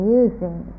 using